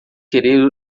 querer